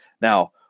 Now